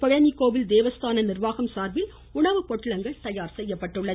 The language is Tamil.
பழனி கோவில் தேவஸ்தான நிர்வாகம் சார்பில் உணவுப்பொட்டலங்கள் தயார்செய்யப்பட்டுள்ளது